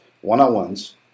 one-on-ones